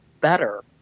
better